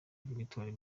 victoria